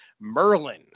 Merlin